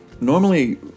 normally